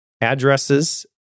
addresses